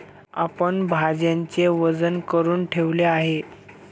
आपण भाज्यांचे वजन करुन ठेवले आहे